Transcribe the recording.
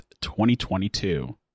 2022